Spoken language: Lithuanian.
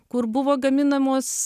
kur buvo gaminamos